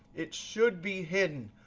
it should be hidden.